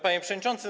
Panie Przewodniczący!